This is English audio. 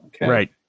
Right